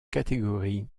catégories